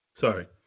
sorry